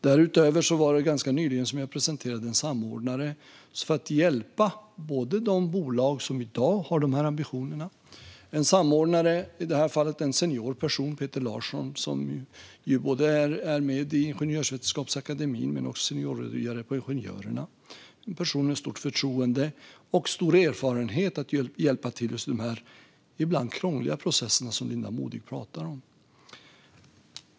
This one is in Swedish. Därutöver presenterade jag ganska nyligen en samordnare som ska hjälpa de bolag som i dag har de här ambitionerna: en senior person, Peter Larsson, som ju både är med i Ingenjörsvetenskapsakademien och också senior rådgivare på Sveriges Ingenjörer, en person med stort förtroende och stor erfarenhet av att hjälpa till i de krångliga processer som Linda Modig talar om.